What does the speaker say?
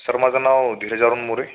sir माझं नाव धीरजारन मोरे